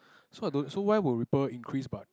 so I don't so why will ripple increase by